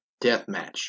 deathmatch